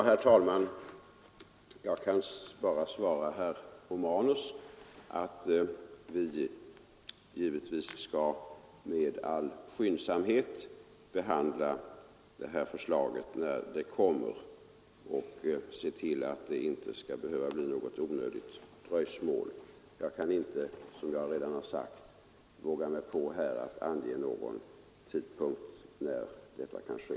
Herr talman! Jag kan bara svara herr Romanus att vi givetvis med all skyndsamhet skall behandla förslaget när det kommer och se till att det inte behöver bli något onödigt dröjsmål. Som jag redan har sagt vågar jag mig inte på att ange vid vilken tidpunkt detta kan ske.